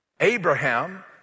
Abraham